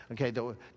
Okay